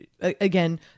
again